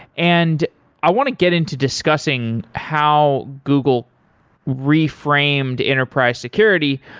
and i want to get into discussing how google reframed enterprise security,